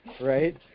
Right